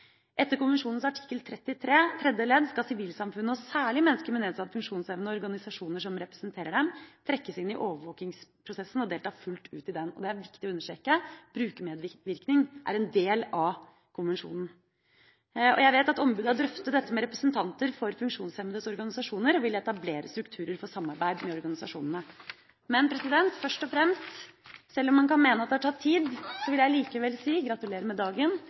Etter konvensjonens artikkel 33 tredje ledd skal sivilsamfunnet, og særlig mennesker med nedsatt funksjonsevne og organisasjoner som representerer dem, trekkes inn i overvåkingsprosessen og delta fullt ut i den. Det er viktig å understreke. Brukermedvirkning er en del av konvensjonen. Jeg vet at ombudet har drøftet dette med representanter for funksjonshemmedes organisasjoner og vil etablere strukturer for samarbeid med organisasjonene. Men først og fremst, sjøl om man kan mene at det har tatt tid: Gratulerer med dagen!